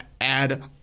add